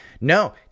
No